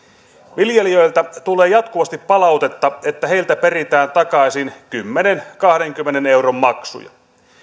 viljelijöiltä tulee jatkuvasti palautetta että heiltä peritään takaisin kymmenen kahdenkymmenen euron maksuja